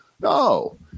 No